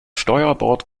steuerbord